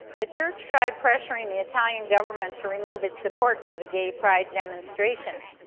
the church tried pressuring the italian government to remove its support for the gay pride demonstration.